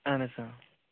اہن اۭں